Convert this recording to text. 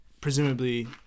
presumably